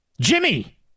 Jimmy